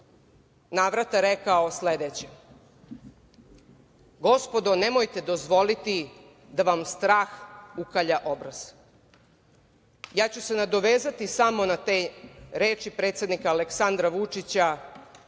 navrata rekao sledeće: "Gospodo, nemojte dozvoliti da vam strah ukalja obraz". Ja ću se nadovezati samo na te reči predsednika Aleksandra Vučića,